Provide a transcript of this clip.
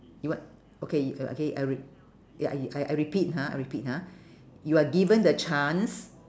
you what okay uh okay I re~ ya I I repeat ha I repeat ha you are given the chance